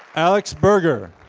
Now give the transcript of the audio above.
alex berger.